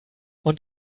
und